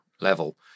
level